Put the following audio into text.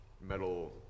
metal